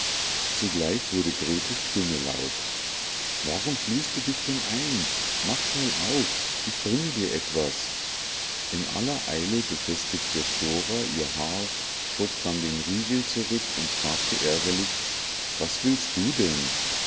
zugleich wurde gretes stimme laut warum schließt du dich denn ein mach schnell auf ich bringe dir etwas in aller eile befestigte flora ihr haar schob dann den riegel zurück und fragte ärgerlich was willst du denn